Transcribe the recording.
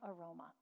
aroma